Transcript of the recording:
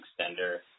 extender